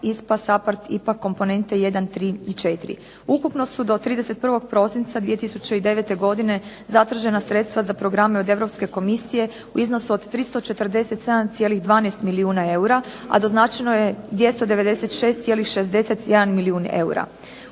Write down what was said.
ISPA, SAPHARD, IPA komponente 1, 3 i 4. Ukupno su do 31. prosinca 2009. godine zatražena sredstva za programe od Europske komisije u iznosu od 347,12 milijuna eura, a doznačeno je 296,61 milijun eura.